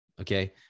Okay